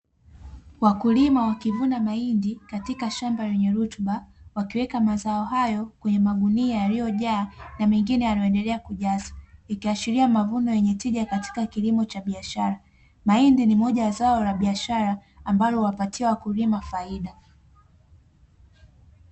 Wakulima wakivuna mahindi katika shamba lenye rutuba wakiweka mazao hayo kwenye magunia yaliyojaa na mengine yanayoendelea kujazwa, ikiashiria mazuno yenye tija katika kilimo cha biashara. Mahindi ni moja ya zao la biashara ambalo huwapatia wakulima faida.